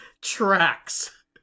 tracks